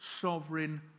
sovereign